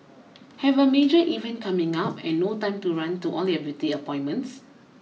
have a major event coming up and no time to run to all your beauty appointments